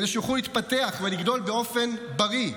כדי שיוכלו להתפתח ולגדול באופן בריא.